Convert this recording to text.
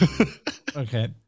Okay